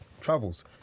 travels